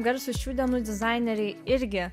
garsūs šių dienų dizaineriai irgi